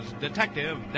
Detective